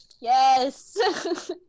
Yes